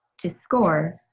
to score,